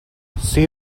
see